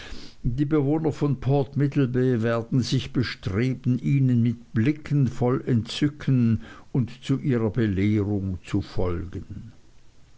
die bewohner von port middlebay werden sich bestreben ihnen mit blicken voll entzücken und zu ihrer belehrung zu folgen